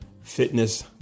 fitness